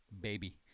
baby